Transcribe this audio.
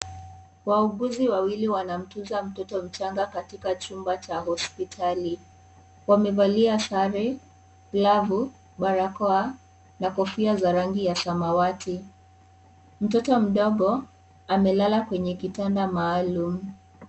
Wauguzi wawili wanamtunza mtoto katika chumba cha hospitali wamevalia sare, glafu, barakoa na kofia ya samawati ,mtoto mdogo amelala kwenye kitanda maalum.